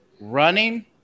running